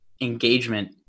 engagement